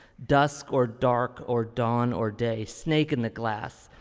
dusk or dark or dawn or day, snake in the glass.